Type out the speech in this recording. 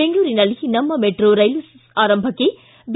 ಬೆಂಗಳೂರಿನಲ್ಲಿ ನಮ್ಮ metro rail ಆರಂಭಕ್ಕೆ ಬಿ